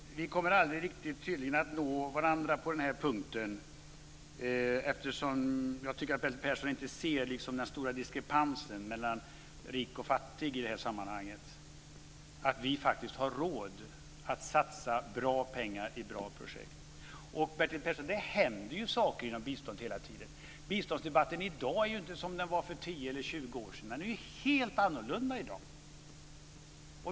Fru talman! Vi kommer tydligen aldrig riktigt att nå varandra på den här punkten. Jag tycker att Bertil Persson inte ser den stora diskrepansen mellan rik och fattig i det här sammanhanget. Vi har faktiskt råd att satsa bra pengar i bra projekt. Det händer ju saker inom biståndet hela tiden, Bertil Persson. Biståndsdebatten i dag är inte som den var för 10 eller 20 år sedan. Den är ju helt annorlunda i dag.